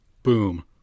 Boom